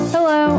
Hello